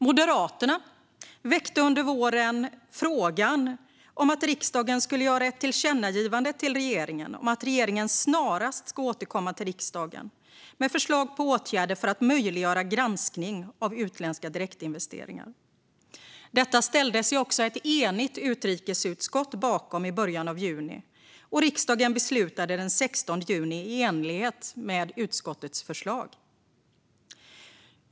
Moderaterna väckte under våren frågan om att riksdagen skulle göra ett tillkännagivande till regeringen om att regeringen snarast ska återkomma till riksdagen med förslag på åtgärder för att möjliggöra granskning av utländska direktinvesteringar. Detta ställde sig ett enigt utrikesutskott bakom i början av juni, och riksdagen beslutade den 16 juni i enlighet med utskottets förslag.